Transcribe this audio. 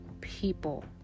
people